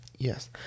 Yes